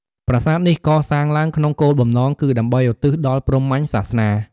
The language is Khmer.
ប្រាសាទនេះកសាងឡើងក្នុងគោលបំណងគឺ ដើម្បីឧទ្ទិសដល់ព្រហ្មញ្ញសាសនា។